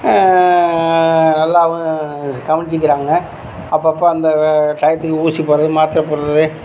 நல்லாவும் கவனிச்சிக்குறாங்க அப்பப்ப அந்த டையத்துக்கு ஊசி போடுறது மாத்தரை போடுறது